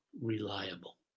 reliable